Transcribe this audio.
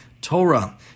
Torah